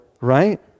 Right